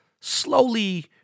slowly